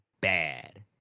bad